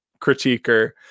critiquer